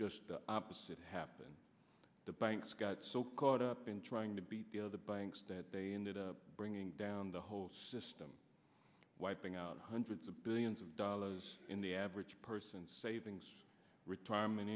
just the opposite happened the banks got so caught up in trying to beat the other banks that they ended up bringing down the whole system wiping out hundreds of billions of dollars in the average person's savings retirement